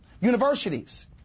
universities